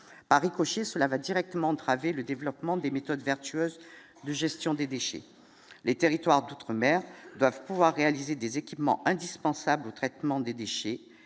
Paris cela va directement entravé le développement des méthodes vertueuse de gestion des déchets, les territoires d'outre-mer doivent pouvoir réaliser des équipements indispensables au traitement des déchets